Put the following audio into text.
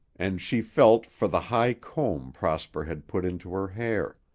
and she felt for the high comb prosper had put into her hair.